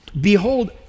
Behold